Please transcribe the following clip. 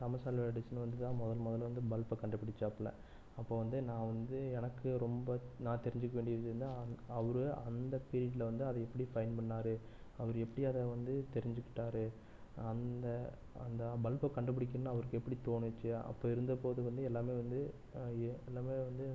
Thomas Alva Edison வந்து தான் முதல் முதல்ல வந்து பல்பை கண்டுபிடிச்சாப்ல அப்போ வந்து நான் வந்து எனக்கு ரொம்ப நான் தெரிஞ்சிக்க வேண்டியதுனால் அவர் அந்த பீரியடில் வந்து அதை எப்படி ஃபைண்ட் பண்ணாரு அவர் எப்படி அதை வந்து தெரிஞ்சிக்கிட்டார் அந்த அந்த பல்பை கண்டுபிடிக்கணும்னு அவருக்கு எப்படி தோணுச்சு அப்போ இருந்தப்போது வந்து எல்லாமே வந்து எல்லாமே வந்து